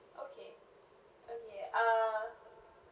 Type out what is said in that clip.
okay okay uh